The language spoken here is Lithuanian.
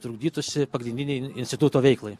trukdytųsi pagrindinei instituto veiklai